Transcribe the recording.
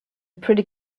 pretty